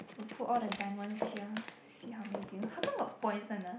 we put all the done ones here see how many do you how come got points one ah